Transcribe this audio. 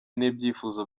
n’ibyifuzo